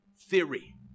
theory